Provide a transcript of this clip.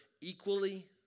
equally